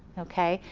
okay.